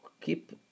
Keep